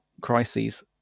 crises